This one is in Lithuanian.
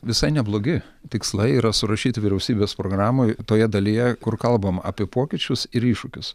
visai neblogi tikslai yra surašyti vyriausybės programoj toje dalyje kur kalbama apie pokyčius ir iššūkius